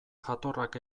jatorrak